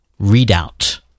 readout